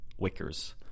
Wickers